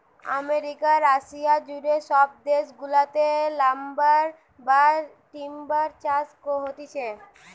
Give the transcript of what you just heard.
America, Russia জুড়ে সব দেশ গুলাতে লাম্বার বা টিম্বার চাষ হতিছে